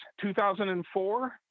2004